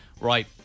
Right